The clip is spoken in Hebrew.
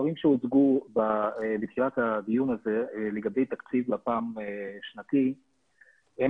המספרים שהוצגו בתחילת הדיון הזה לגבי תקציב לפ"מ שנתי הם